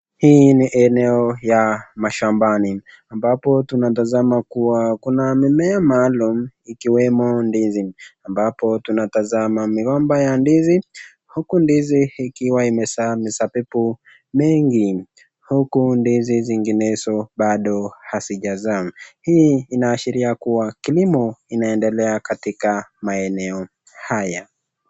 Hii ni eneo ya mashambani, ambapo tunatazama kuna mimea maalum, ikiwemo ndizi, ambapo tunatazama migomba ya ndizi. Huku ndizi ikiwa imezaa misabibu mingi. Huku ndizi zinginezo bado hazijazaa, hii inaashiria kuwa kilimo inaendelea katika maeneo haya.